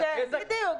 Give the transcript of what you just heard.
בדיוק.